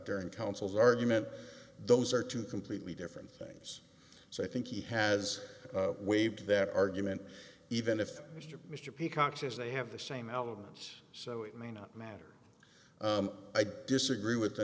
during counsel's argument those are two completely different things so i think he has waived that argument even if mr mr peacocke says they have the same elements so it may not matter i disagree with the